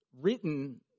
written